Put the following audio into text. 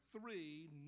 three